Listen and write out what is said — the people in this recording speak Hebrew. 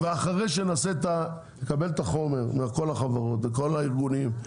אחרי שנקבל את החומר מכל החברות והארגונים,